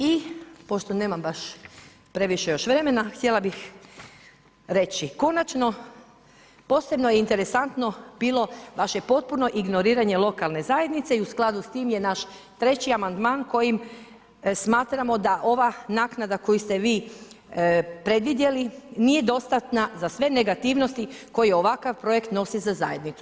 I pošto nemam baš previše još vremena, htjela bi reći, konačno, posebno je interesantno bilo vaše potpuno ignoriranje lokalne zajednice i u skladu s tim je naš 3 amandman koji smatramo da ova naknada koju ste vi predvidjeli nije dostatna za sve negativnosti koje ovakav projekt nosi za zajednicu.